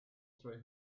three